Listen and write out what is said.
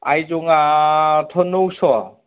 आइजंआथ' नौस'